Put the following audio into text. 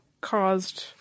caused